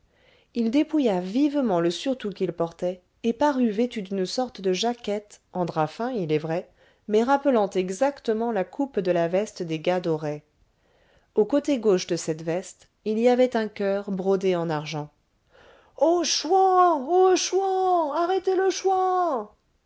il dépouilla vivement le surtout qu'il portait et parut vêtu d'une sorte de jaquette en drap fin il est vrai mais rappelant exactement la coupe de la veste des gars d'auray au côté gauche de cette veste il y avait un coeur brodé en argent au chouan au chouan arrêtez le chouan